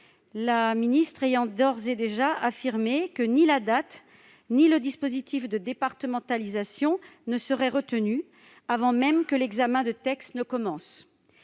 puisqu'il a d'ores et déjà affirmé que ni la date ni le dispositif de départementalisation ne seraient retenus avant même que l'examen du texte ne commence.